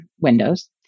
windows